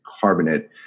carbonate